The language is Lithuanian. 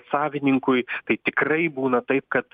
savininkui tai tikrai būna taip kad